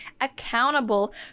accountable